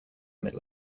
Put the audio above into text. middle